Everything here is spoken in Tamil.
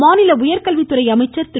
மாநில உயர்கல்வித்துறை அமைச்சர் திரு